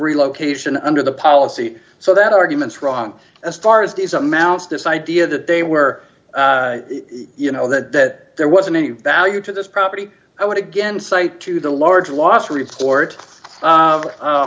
relocation under the policy so that argument's wrong as far as these amounts this idea that they were you know that there wasn't any value to this property i would again cite to the large loss report